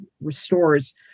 restores